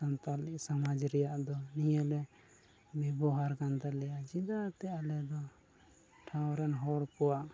ᱥᱟᱱᱛᱟᱲ ᱥᱚᱢᱟᱡᱽ ᱨᱮᱭᱟᱜ ᱫᱚ ᱱᱤᱭᱟᱹᱜᱮ ᱵᱮᱵᱚᱦᱟᱨ ᱠᱟᱱ ᱛᱟᱞᱮᱭᱟ ᱪᱮᱫᱟᱜ ᱮᱱᱛᱮᱜ ᱟᱞᱮᱫᱚ ᱴᱷᱟᱶ ᱨᱮᱱ ᱦᱚᱲ ᱠᱚᱣᱟᱜ